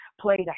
played